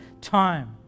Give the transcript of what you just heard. time